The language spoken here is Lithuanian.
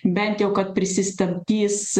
bent jau kad prisistabdys